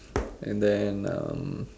and then um